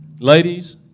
Ladies